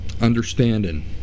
understanding